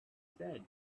said